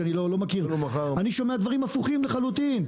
כי אני לא מכיר, אני שומע דברים הפוכים לחלוטין.